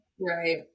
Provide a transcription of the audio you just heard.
right